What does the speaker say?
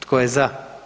Tko je za?